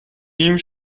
team